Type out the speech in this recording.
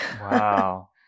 Wow